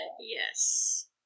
Yes